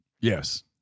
yes